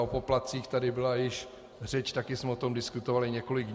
O poplatcích tady byla již řeč, také jsme o tom diskutovali několik dní.